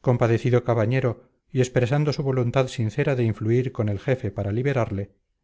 compadecido cabañero y expresando su voluntad sincera de influir con el jefe para libertarle